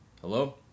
Hello